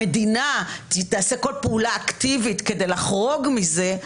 המדינה תעשה כל פעולה אקטיבית כדי לחרוג מזה.